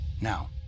Now